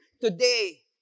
today